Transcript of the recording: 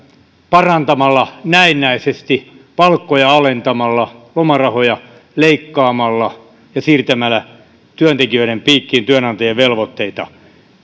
parantamalla näennäisesti kustannuskilpailukykyä palkkoja alentamalla lomarahoja leikkaamalla ja siirtämällä työntekijöiden piikkiin työnantajien velvoitteita